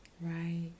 Right